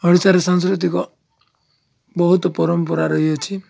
ଓଡ଼ିଶାରେ ସାଂସ୍କୃତିକ ବହୁତ ପରମ୍ପରା ରହିଅଛି